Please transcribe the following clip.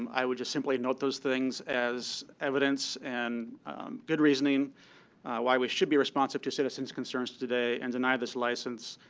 i would just simply note those things as evidence and good reasoning why we should be responsive to citizens' concerns today and deny this license,